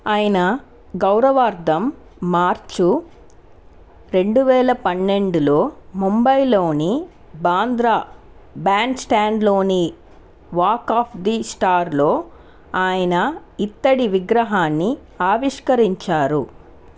ఆయన గౌరవార్థం మార్చు రెండు వేల పన్నెండులో ముంబైలోని బాంద్రా బ్యాండ్స్టాండ్లోని వాక్ ఆఫ్ ది స్టార్లో ఆయన ఇత్తడి విగ్రహాన్ని ఆవిష్కరించారు